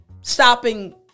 stopping